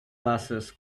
glasses